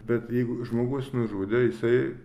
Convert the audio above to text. bet jeigu žmogus nužudė jisai